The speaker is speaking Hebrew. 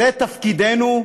זה תפקידנו,